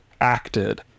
acted